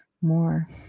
more